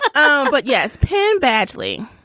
um but yes penn badgley.